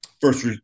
first